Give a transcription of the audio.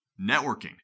Networking